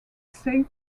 said